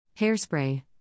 Hairspray